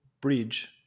bridge